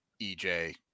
EJ